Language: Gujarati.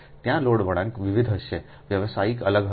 ત્યાં લોડ વળાંક વિવિધ હશે વ્યવસાયિક અલગ હશે